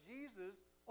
Jesus